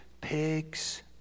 pigs